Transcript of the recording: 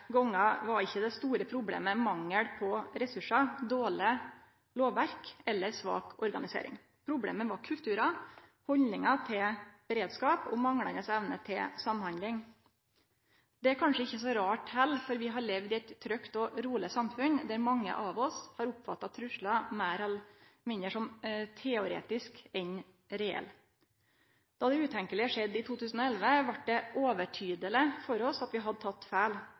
var ikkje det store problemet mangel på ressursar, dårleg lovverk eller svak organisering. Problemet var kulturar, haldningar til beredskap og manglande evne til samhandling. Det er kanskje ikkje så rart heller, for vi har levd i eit trygt og roleg samfunn, der mange av oss har oppfatta truslar meir eller mindre som teoretisk enn reelt. Då det utenkjelege skjedde i 2011, vart det overtydeleg for oss at vi hadde teke feil.